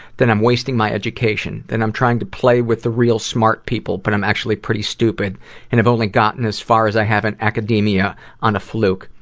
that i'm wasting my education. that i'm trying to play with the real smart people but i'm actually pretty stupid and have only gotten as far as i have in academia on a fluke.